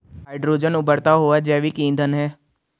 hydrogen उबरता हुआ जैविक ईंधन है